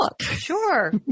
Sure